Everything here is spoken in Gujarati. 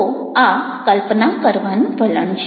તો આ કલ્પના કરવાનું વલણ છે